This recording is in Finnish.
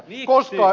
miksi